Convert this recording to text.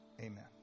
amen